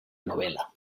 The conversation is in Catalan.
novel·la